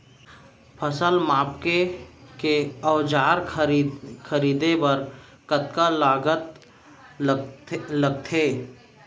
फसल मापके के औज़ार खरीदे बर कतका लागत लगथे?